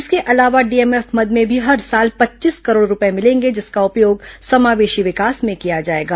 इसके अलावा डीएमएफ मद में भी हर साल पच्चीस करोड़ रूपये मिलेंगे जिसका उपयोग समावेशी विकास में किया जाएगा